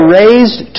raised